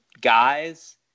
guys